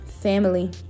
family